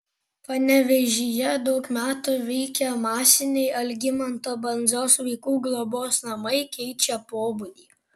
panevėžyje daug metų veikę masiniai algimanto bandzos vaikų globos namai keičia pobūdį